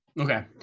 Okay